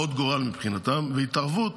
והתערבות